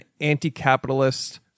anti-capitalist